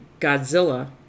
godzilla